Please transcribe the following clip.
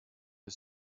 the